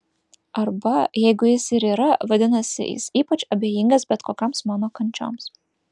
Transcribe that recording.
arba jeigu jis ir yra vadinasi jis ypač abejingas bet kokioms mano kančioms